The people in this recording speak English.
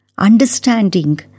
Understanding